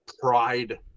pride